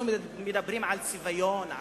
אנחנו מדברים על צביון,